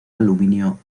aluminio